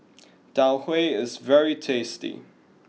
Tau Huay is very tasty